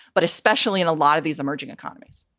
but especially in a lot of these emerging economies